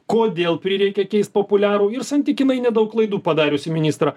kodėl prireikė keist populiarų ir santykinai nedaug klaidų padariusį ministrą